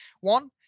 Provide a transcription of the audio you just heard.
one